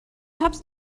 tabs